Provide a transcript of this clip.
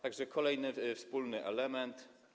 Tak że to kolejny wspólny element.